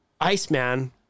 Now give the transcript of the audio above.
Iceman